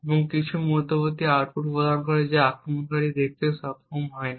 এবং কিছু মধ্যবর্তী আউটপুট প্রদান করে যা আক্রমণকারী দেখতে সক্ষম হয় না